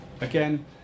Again